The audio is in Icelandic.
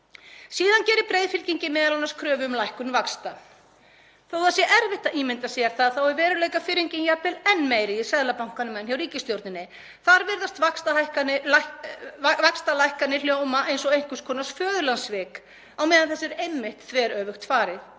Síðan gerir breiðfylkingin m.a. kröfu um lækkun vaxta. Þó að það sé erfitt að ímynda sér það er veruleikafirringin jafnvel enn meiri í Seðlabankanum en hjá ríkisstjórninni. Þar virðast vaxtalækkanir hljóma eins og einhvers konar föðurlandssvik á meðan þessu er einmitt þveröfugt farið.